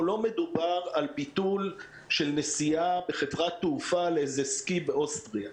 פה לא מדובר על ביטול של נסיעה בחברת תעופה לסקי באוסטריה.